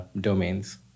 domains